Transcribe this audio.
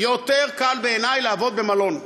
יותר קל בעיני לעבוד במלון,